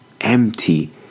empty